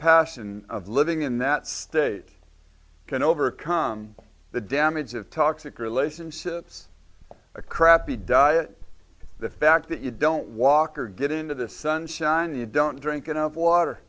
passion of living in that state can overcome the damage of toxic relationships a crappy diet the fact that you don't walk or get into the sunshine you don't drink enough water